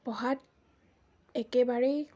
পঢ়াত একেবাৰেই